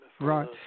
Right